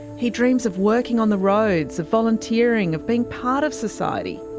he dreams of working on the roads, of volunteering, of being part of society.